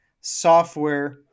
software